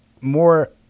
more